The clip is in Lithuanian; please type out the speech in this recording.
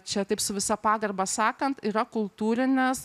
čia taip su visa pagarba sakant yra kultūrinis